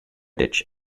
ditch